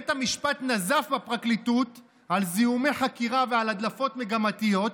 בית המשפט נזף בפרקליטות על זיהומי חקירה ועל הדלפות מגמתיות.